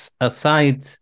aside